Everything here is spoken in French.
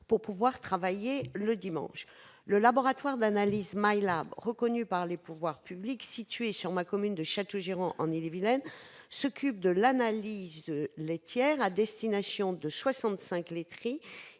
pour pouvoir travailler le dimanche. Le laboratoire d'analyse MyLab, reconnu par les pouvoirs publics, situé sur ma commune de Châteaugiron, en Ille-et-Vilaine, s'occupe de l'analyse laitière à destination de 65 laiteries